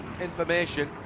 information